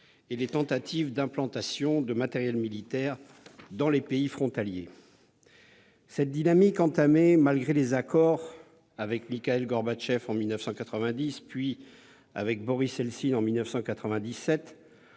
et les tentatives d'implantation de matériel militaire dans les pays frontaliers. Cette dynamique, entamée malgré les accords signés avec Mikhaïl Gorbatchev en 1990 puis avec Boris Eltsine en 1997,